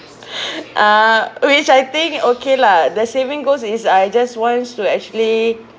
uh which I think okay lah the saving goes is I just want to actually